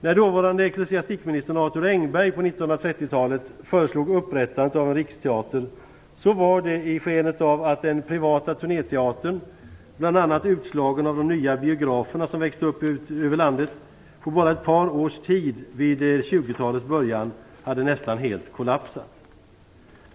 När dåvarande ecklesiastikminister Arthur Engberg på 1930-talet föreslog upprättandet av en riksteater var det i skenet av att den privata turnéteatern, bl.a. utslagen av de nya biograferna som växte upp över landet, på bara ett par års tid vid 20-talets början nästan helt hade kollapsat.